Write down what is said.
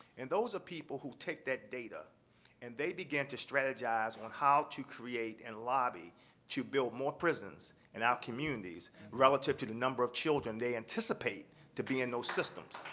and those are people who take that data and they began to strategize on how to create and lobby to build more prisons in our communities relative to the number of children they anticipate to be in those systems,